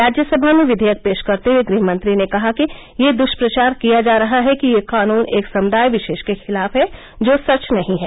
राज्यसभा में विधेयक पेश करते हुए गृहमंत्री ने कहा कि यह दुष्प्रचार किया जा रहा है कि यह कानून एक समुदाय विशेष के खिलाफ है जो सच नहीं है